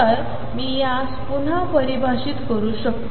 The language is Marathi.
तर मी यास पुन्हा परिभाषित करू शकते